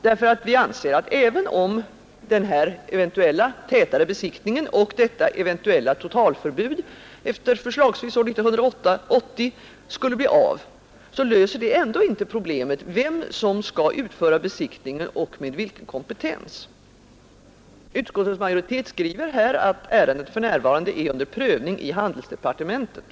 Vi anser nämligen att även om den eventuella tätare besiktningen och det eventuella totalförbudet efter förslagsvis 1980 skulle bli av, löser det ändå inte problemet med vem som skall utföra besiktningen och med vilken kompetens. Utskottets majoritet skriver att ärendet för närvarande är under prövning i handelsdepartementet.